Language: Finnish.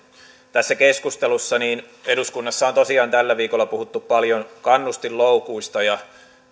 tässä keskustelussa niin eduskunnassa on tosiaan tällä viikolla puhuttu paljon kannustinloukuista ja